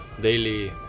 daily